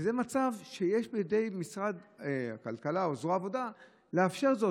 ובידי משרד הכלכלה או זרוע העבודה לאפשר זאת,